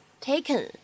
taken